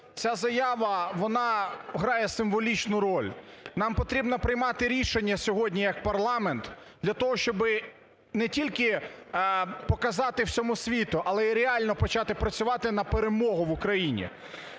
ця заява, вона грає символічну роль. Нам потрібно приймати рішення сьогодні як парламент для того, щоби не тільки показати всьому світу, але й реально почати працювати на перемогу в Україні.